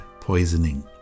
poisoning